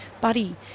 buddy